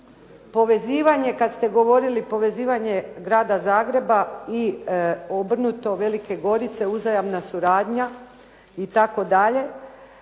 povezivanje kad ste govorili, povezivanje grada Zagreba i obrnuto Velike Gorice uzajamna suradnja itd..